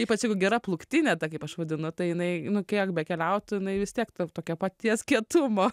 ypač jeigu gera plūktinė ta kaip aš vadinu tai jinai nu kiek bekeliautų jinai vis tiek ta tokio paties kietumo